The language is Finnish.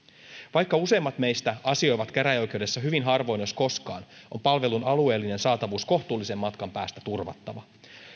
vaikka useimmat meistä asioivat käräjäoikeudessa hyvin harvoin jos koskaan on palvelun alueellinen saatavuus kohtuullisen matkan päästä turvattava